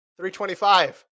325